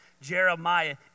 Jeremiah